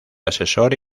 asesor